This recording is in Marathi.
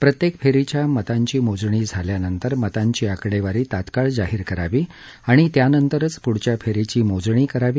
प्रत्येक फेरीच्या मतांची मोजणी झाल्यानंतर मतांची आकडेवारी तात्काळ जाहीर करावी आणि त्यानंतरच पुढच्या फेरीची मोजणी करावी